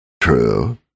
True